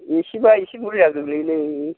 इसेबा इसे गुरैया गोग्लैयोलै